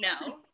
no